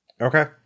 okay